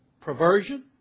Perversion